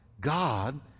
God